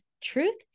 truth